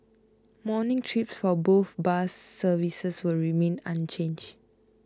morning trips for both bus services will remain unchanged